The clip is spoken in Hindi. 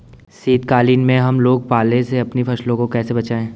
शीतकालीन में हम लोग पाले से अपनी फसलों को कैसे बचाएं?